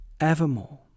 evermore